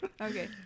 Okay